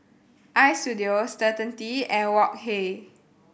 Istudio Certainty and Wok Hey